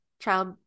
Child